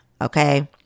Okay